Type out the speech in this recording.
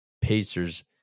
Pacers